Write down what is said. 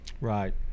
Right